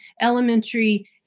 elementary